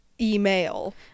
email